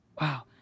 Wow